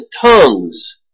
tongues